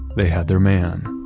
they had their man.